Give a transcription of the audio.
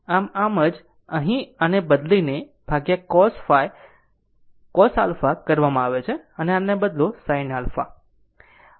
આમ આમ જ અહીં આને બદલીને cos α કરવામાં આવે છે અને આને બદલો sin α